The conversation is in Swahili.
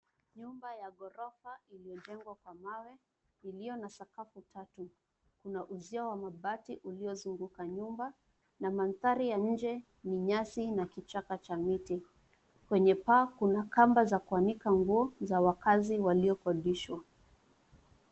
Nyumba ya gorofa iliyojengwa kwa mawe, iliyo na sakafu tatu. Kuna uzio wa mabati uliozunguka nyumba, na mandhari ya nje ni nyasi na kichaka cha miti. Kwenye paa kuna kamba za kuanika nguo za wakazi waliokodishwa.